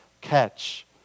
catch